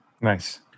Nice